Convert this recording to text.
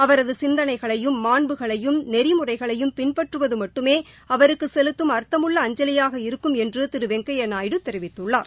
அவரது சிந்தனைகளையும் மாண்புகளையும் நெறிமுறைகளையும் பின்பற்றுவத் மட்டுமே அவருக்கு செலுத்தும் அர்த்தமுள்ள அஞ்சலியாக இருக்கும் என்று திரு வெங்கையா நாயுடு தெரிவித்துள்ளார்